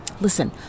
Listen